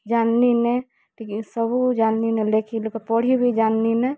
ଜାନ୍ଲି ନେ ଟିକେ ସବୁ ଜାନ୍ଲି ଲେଖି ପଢ଼ି ବି ଜାନ୍ଲିନେ